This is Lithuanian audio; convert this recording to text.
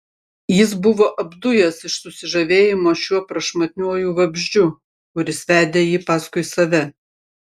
jis buvo apdujęs iš susižavėjimo šiuo prašmatniuoju vabzdžiu kuris vedė jį paskui save